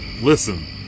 listen